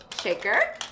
shaker